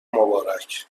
مبارک